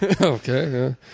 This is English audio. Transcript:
Okay